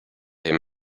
him